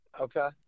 Okay